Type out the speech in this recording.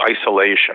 isolation